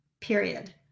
Period